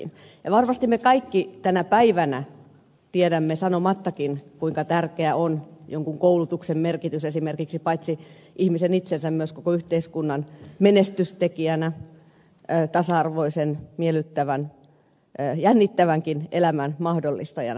varmasti me kaikki tänä päivänä tiedämme sanomattakin kuinka tärkeää on jonkun koulutuksen merkitys esimerkiksi paitsi ihmisen itsensä myös koko yhteiskunnan menestystekijänä tasa arvoisen miellyttävän jännittävänkin elämän mahdollistajana